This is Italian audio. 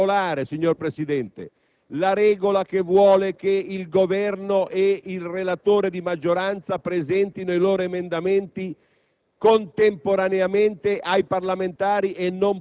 che hanno bisogno di essere sancite. In particolare: la regola che vuole che il Governo e il relatore di maggioranza presentino i loro emendamenti